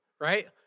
right